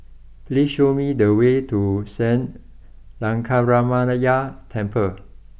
please show me the way to Sri Lankaramaya Temple